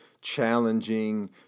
challenging